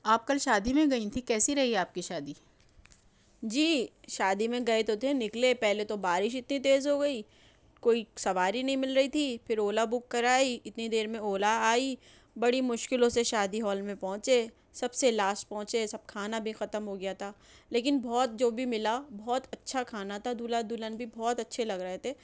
آپ کل شادی میں گئیں تھیں کیسی رہی آپ کی شادی جی شادی میں گئے تو تھے نکلے پہلے تو بارش اتنی تیز ہو گئی کوئی سواری نہیں مل رہی تھی پھر اولا بک کرائی اتنی دیر میں اولا آئی بڑی مشکلوں سے شادی ہال میں پہنچے سب سے لاسٹ پہنچے سب کھانا بھی ختم ہو گیا تھا لیکن بہت جو بھی ملا بہت اچھا کھانا تھا دولہا دلہن بھی بہت اچھے لگ رہے تھے